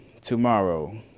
tomorrow